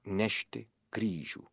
nešti kryžių